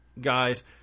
guys